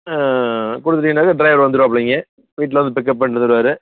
கொடுத்துட்டீங்கன்னாக்கா driver வந்துடுவாப்புலேங்க வீட்டில் வந்து பிக்கப் பண்ணிட்டு வந்துருவார்